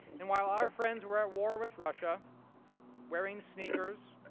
and while our friends were at war with russia wearing sneakers,